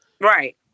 Right